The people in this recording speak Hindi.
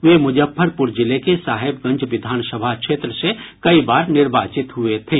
वे मुजफ्फरपुर जिले के साहेबगंज विधान सभा क्षेत्र से कई बार निर्वाचित हुए थे